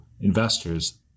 investors